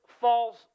false